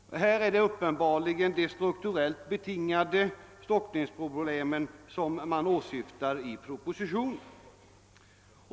Det är uppenbarligen de strukturellt betingade stockningsproblemen som åsyftas i propositionen.